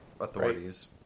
authorities